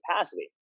capacity